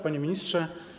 Panie Ministrze!